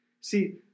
See